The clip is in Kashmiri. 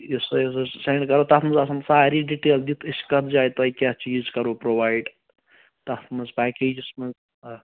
یُس تۄہہِ حظ سُہ سیٚنٛڈ کَرَو تَتھ منٛز آسان ساریٚے ڈِٹیل دِتھ أسۍ کَتھ جایہِ کیٛاہ چیٖز کَرَو پرٛوایڈ تَتھ منٛز پیکیجَس منٛز آ